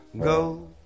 go